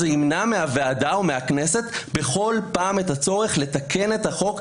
זה ימנע מהוועדה או מהכנסת בכל פעם את הצורך לתקן את החוק,